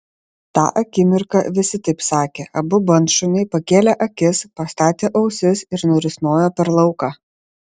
tą akimirką visi taip sakė abu bandšuniai pakėlė akis pastatė ausis ir nurisnojo per lauką